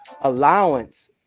allowance